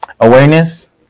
Awareness